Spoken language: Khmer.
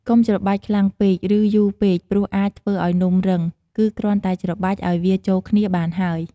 កុំច្របាច់ខ្លាំងពេក ឬយូរពេក ព្រោះអាចធ្វើឱ្យនំរឹង គឺគ្រាន់តែច្របាច់ឱ្យវាចូលគ្នាបានហើយ។